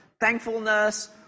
thankfulness